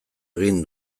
egin